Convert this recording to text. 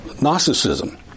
Gnosticism